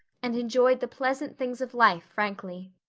and enjoyed the pleasant things of life frankly.